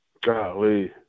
Golly